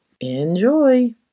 enjoy